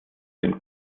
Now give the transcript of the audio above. dem